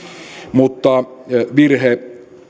mutta virheitä